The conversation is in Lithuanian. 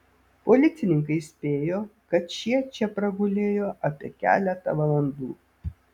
policininkai spėjo kad šie čia pragulėjo apie keletą valandų